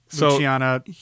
Luciana